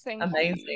amazing